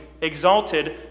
exalted